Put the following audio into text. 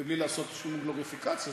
בלי לעשות שום גלוריפיקציה,